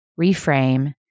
reframe